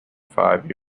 five